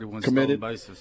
committed